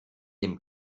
dem